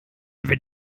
wenn